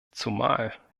zumal